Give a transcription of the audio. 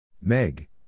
Meg